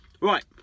Right